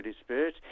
Spirit